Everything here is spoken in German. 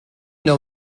nur